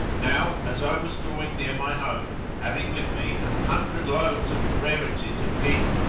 now as i was drawing near my home, having with me an hundred loads of rarities of hind,